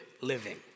living